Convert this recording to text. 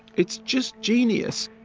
it's just genius